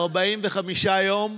תודה, אדוני היושב-ראש.